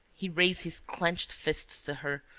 he raised his clenched fists to her,